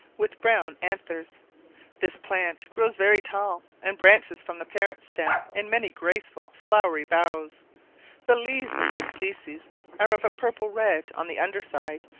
with brown anthers this plant grows very tall, and branches from the parent stem in many graceful flowery boughs the leaves of this species are of a purple red on the under side,